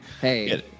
Hey